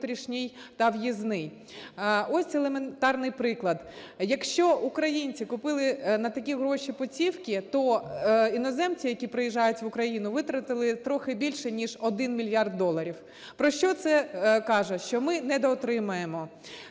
Ось елементарний приклад. Якщо українці купили на такі гроші путівки, то іноземці, які приїжджають в Україну, витратили трохи більше ніж 1 мільярд доларів. Про що це каже? Що ми недоотримуємо.